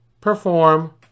perform